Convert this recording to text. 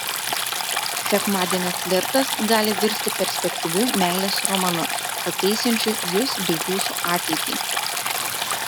sekmadienio flirtas gali virsti perspektyviu meilės romanu pakeisiančiu jus bei jūsų ateitį